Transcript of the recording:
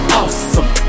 awesome